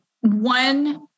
one